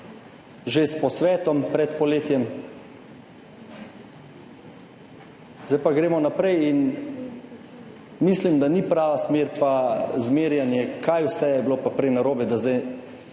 že s posvetom pred poletjem, zdaj pa gremo naprej. In mislim, da zmerjanje ni prava smer, kaj vse je bilo prej narobe, da zdaj